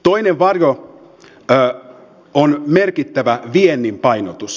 toinen varjo on merkittävä viennin painotus